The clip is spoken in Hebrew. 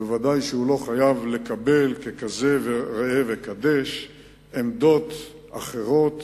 בוודאי הוא לא חייב לקבל ככזה ראה וקדש עמדות אחרות